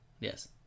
Yes